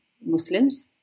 Muslims